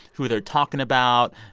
who they're talking about,